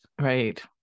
Right